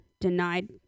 denied